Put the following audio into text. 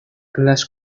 gelas